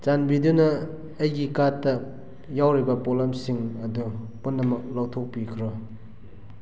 ꯆꯥꯟꯕꯤꯗꯨꯅ ꯑꯩꯒꯤ ꯀꯥꯔꯠꯇ ꯌꯥꯎꯔꯤꯕ ꯄꯣꯠꯂꯝꯁꯤꯡ ꯑꯗꯣ ꯄꯨꯝꯅꯃꯛ ꯂꯧꯊꯣꯛ ꯄꯤꯈ꯭ꯔꯣ